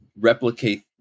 replicate